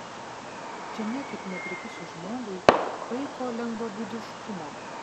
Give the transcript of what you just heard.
čia niekaip neprikiši žmogui paiko lengvabūdiškumo